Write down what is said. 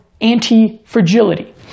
anti-fragility